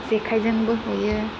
जेखायजोंबो हयो